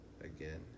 Again